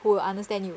who will understand you